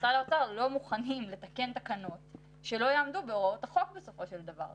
כמשרד האוצר לא מוכנים לתקן תקנות שלא יעמדו בהוראות החוק בסופו של דבר.